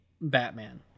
Batman